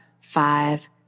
five